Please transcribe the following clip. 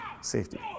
safety